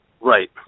Right